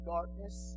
Darkness